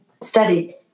studied